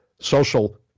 social